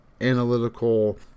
analytical